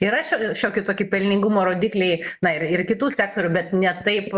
yra šio šioki toki pelningumo rodikliai na ir ir kitų sektorių bet ne taip